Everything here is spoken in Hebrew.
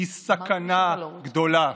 הוא סכנה גדולה.